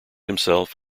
himself